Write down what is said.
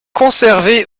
conservé